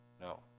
no